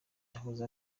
yahoze